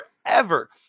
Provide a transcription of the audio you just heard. forever